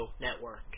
network